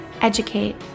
educate